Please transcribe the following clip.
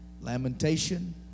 lamentation